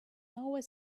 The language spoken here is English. always